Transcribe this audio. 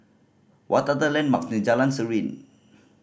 what are the landmark near Jalan Serene